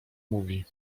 mówi